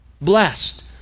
blessed